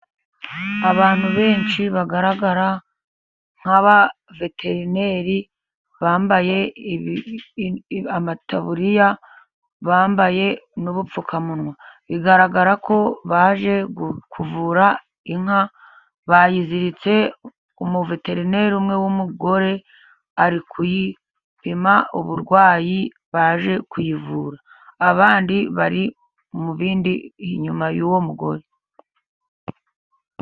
Abantu benshi bagaragara nk'aba veterineri bambaye amataburiya, bambaye n'ubupfukamunwa, bigaragara ko baje kuvura inka bayiziritse, umuveterineri umwe w'umugore ari kuyipima uburwayi baje kuyivura, abandi bari mu bindi inyuma y'uwo mugore.